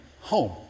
home